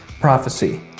prophecy